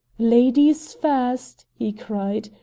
ladies first! he cried.